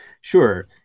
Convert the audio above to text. Sure